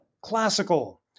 classical